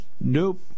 nope